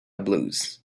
blues